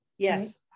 Yes